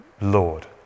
lord